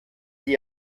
sie